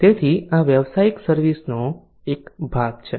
તેથી આ વ્યાવસાયિક સર્વિસ નો એક ભાગ છે